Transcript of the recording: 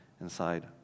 inside